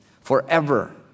Forever